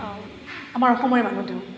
আমাৰ অসমৰে মানুহজন